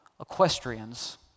equestrians